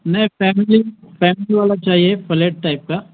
نہیں family family والا چاہیے فلیٹ ٹائپ کا